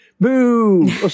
Boo